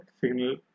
signal